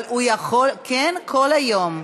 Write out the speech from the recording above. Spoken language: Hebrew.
אבל הוא יכול, כן, כל היום,